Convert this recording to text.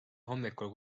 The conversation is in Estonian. hommikul